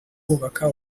bubaka